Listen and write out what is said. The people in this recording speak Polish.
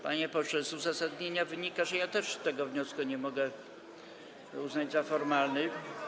Panie pośle, z uzasadnienia wynika, że ja tego wniosku też nie mogę uznać za formalny.